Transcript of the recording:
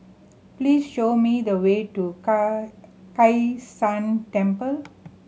please show me the way to Kai San Temple